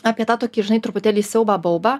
apie tą tokį žinai truputėlį siaubą baubą